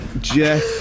Jeff